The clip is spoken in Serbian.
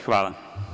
Hvala.